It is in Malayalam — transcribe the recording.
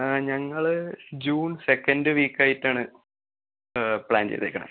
ആ ഞങ്ങള് ജൂൺ സെക്കൻഡ് വീക്കായിട്ടാണ് പ്ലാൻ ചെയ്തേക്കുന്നത്